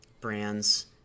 brands